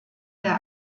der